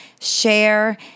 share